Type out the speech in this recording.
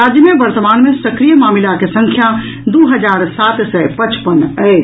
राज्य में वर्तमान मे सक्रिय मामिलाक संख्या दू हजार सात सय पचपन अछि